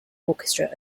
orchestra